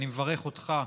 אני מברך אותך,